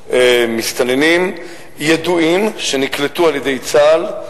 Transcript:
כ-15,000 מסתננים ידועים שנקלטו על-ידי צה"ל,